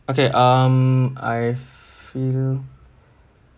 okay um I feel